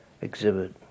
exhibit